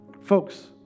Folks